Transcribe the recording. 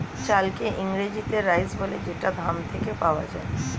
চালকে ইংরেজিতে রাইস বলে যেটা ধান থেকে পাওয়া যায়